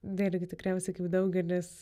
vėlgi tikriausiai daugelis